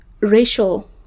racial